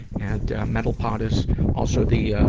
and, ah, mentalpod is also the, ah,